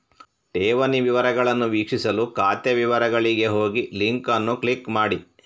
ಠೇವಣಿ ವಿವರಗಳನ್ನು ವೀಕ್ಷಿಸಲು ಖಾತೆ ವಿವರಗಳಿಗೆ ಹೋಗಿಲಿಂಕ್ ಅನ್ನು ಕ್ಲಿಕ್ ಮಾಡಿ